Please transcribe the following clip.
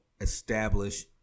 establish